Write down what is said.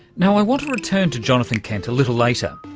now, i want to return to jonathan kent a little later.